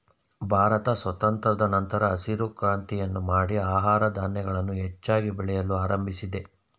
ಭಾರತ ಸ್ವಾತಂತ್ರದ ನಂತರ ಹಸಿರು ಕ್ರಾಂತಿಯನ್ನು ಮಾಡಿ ಆಹಾರ ಧಾನ್ಯಗಳನ್ನು ಹೆಚ್ಚಾಗಿ ಬೆಳೆಯಲು ಆರಂಭಿಸಿದೆ